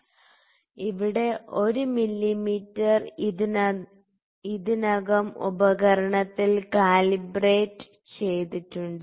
ഈ 1 മില്ലീമീറ്റർ ഇതിനകം ഉപകരണത്തിൽ കാലിബ്രേറ്റ് ചെയ്തിട്ടുണ്ട്